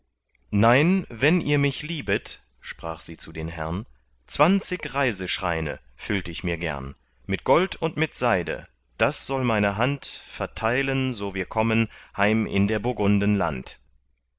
nein wenn ihr mich liebet sprach sie zu den herrn zwanzig reiseschreine füllt ich mir gern mit gold und mit seide das soll meine hand verteilen so wir kommen heim in der burgunden land